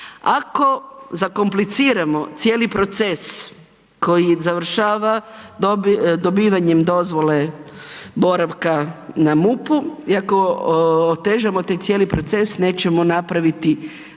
Ako zakompliciramo cijeli proces koji završava dobivanjem dozvole na MUP-u i ako otežamo taj cijeli proces nećemo napraviti